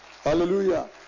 Hallelujah